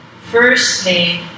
Firstly